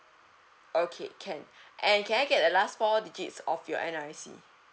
okay can and can I get the last four digits of your N_R_I_C